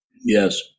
yes